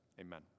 Amen